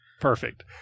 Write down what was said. Perfect